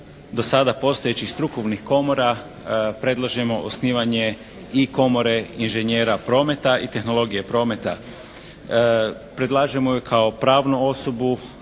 dosada postojećih strukovnih komora predlažemo osnivanje i Komore inženjera prometa i tehnologije prometa. Predlažemo i kao pravnu osobu